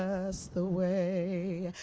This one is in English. us the way.